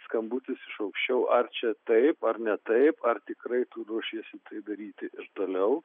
skambutis iš aukščiau ar čia taip ar ne taip ar tikrai tu ruošiesi tai daryti ir toliau